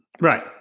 Right